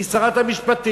היא שרת המשפטים.